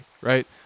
right